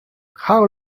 how